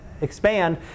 expand